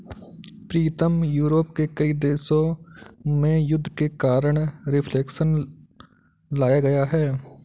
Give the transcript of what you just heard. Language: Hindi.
प्रीतम यूरोप के कई देशों में युद्ध के कारण रिफ्लेक्शन लाया गया है